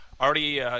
Already